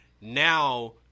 now